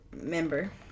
member